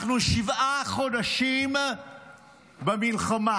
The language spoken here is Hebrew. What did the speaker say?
אנחנו שבעה חודשים במלחמה,